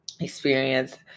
experience